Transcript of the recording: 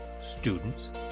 students